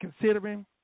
considering